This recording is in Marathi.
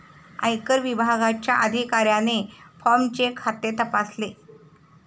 आयकर विभागाच्या अधिकाऱ्याने फॉर्मचे खाते तपासले